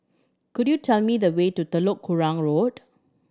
could you tell me the way to Telok Kurau Road